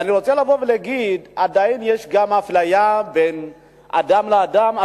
ואני רוצה להגיד שעדיין יש גם אפליה בין אדם לאדם,